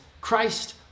Christ